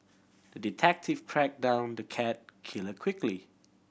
the detective track down the cat killer quickly